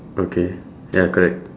okay ya correct